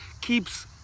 keeps